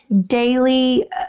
daily